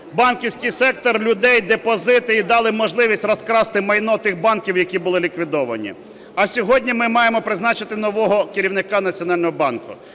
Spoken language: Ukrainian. банківський сектор, людей, депозити і дали можливість розкрасти майно тих банків, які були ліквідовані. А сьогодні ми маємо призначити нового керівника Національного банку.